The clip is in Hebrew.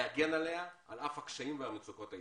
להגן עליה, על אף הקשיים והמצוקות האישיים.